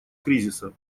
кризиса